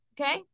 okay